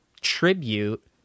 tribute